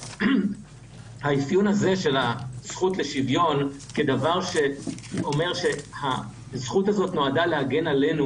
והאפיון הזה של הזכות לשוויון כדבר שאומר שהזכות הזאת נועדה להגן עלינו,